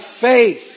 faith